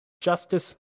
justice